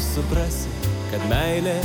suprasi kad meilė